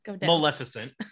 Maleficent